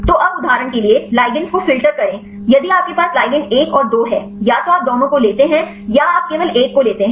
तो अब उदाहरण के लिए ligands को फ़िल्टर करें यदि आपके पास ligands 1 और 2 है या तो आप दोनों को लेते हैं या आप केवल एक को लेते हैं